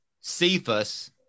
Cephas